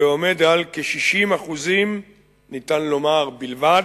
ועומד על כ-60% ניתן לומר בלבד,